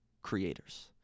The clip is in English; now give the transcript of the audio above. creators